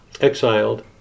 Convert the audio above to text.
exiled